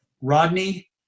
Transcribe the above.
Rodney